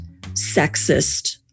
sexist